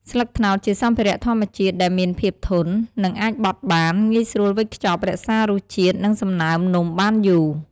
ស្លឹកត្នោតជាសម្ភារៈធម្មជាតិ ដែលមានភាពធន និងអាចបត់បាន ងាយស្រួលវេចខ្ចប់ រក្សារសជាតិ និងសំណើមនំបានយូរ។